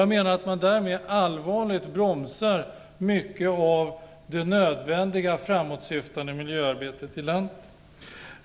Jag menar att man därmed allvarligt bromsar mycket av det nödvändiga framåtsyftande miljöarbetet i landet.